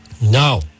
No